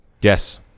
Yes